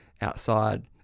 outside